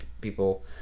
people